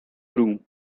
broom